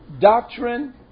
doctrine